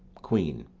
queen.